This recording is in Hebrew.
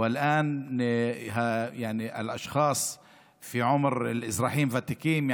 ועכשיו האנשים בגיל של אזרחים ותיקים,